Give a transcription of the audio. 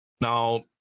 now